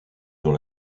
dans